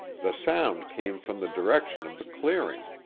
the sound came from the direction of the clearing,